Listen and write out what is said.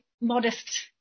modest